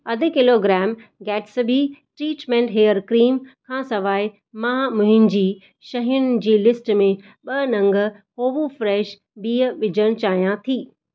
अधि kilogram Gatsby treatment hair cream खां सिवाइ मां मुहिंजी शयुनि जी लिस्टु में ॿ नग होवू फ़्रेश भीह विझण चाहियां थी